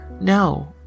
No